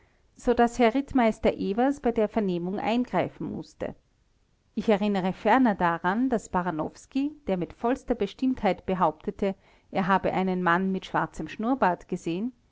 so daß herr rittmeister ewers bei der vernehmung eingreifen mußte ich erinnere ferner daran daß baranowski der mit vollster bestimmtheit behauptete er habe einen mann mit schwarzem schnurrbart gesehen